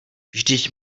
vždyť